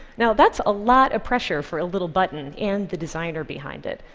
now that's a lot of pressure for a little button and the designer behind it,